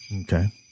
Okay